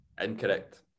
Incorrect